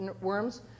worms